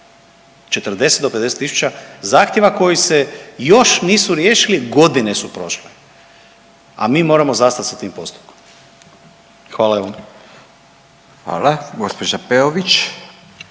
40 do 50 tisuća zahtjeva koji se još nisu riješili, godine su prošle, a mi moramo zastati sa tim postupkom. Hvala vam. **Radin, Furio